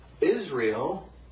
Israel